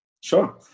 Sure